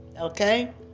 Okay